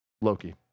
Loki